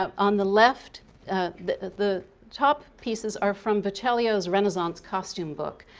ah on the left the the top pieces are from bocellios renaissance costume book,